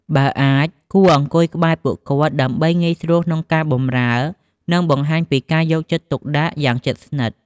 បើអាច គួរអង្គុយក្បែរពួកគាត់ ដើម្បីងាយស្រួលក្នុងការបម្រើ និងបង្ហាញពីការយកចិត្តទុកដាក់យ៉ាងជិតស្និទ្ធ។